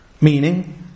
Meaning